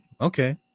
okay